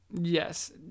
Yes